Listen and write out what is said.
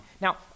Now